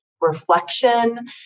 reflection